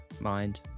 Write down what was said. mind